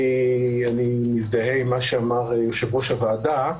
אני מזדהה עם מה שאמר יושב-ראש הוועדה.